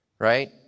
right